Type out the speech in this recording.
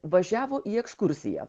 važiavo į ekskursiją